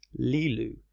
lilu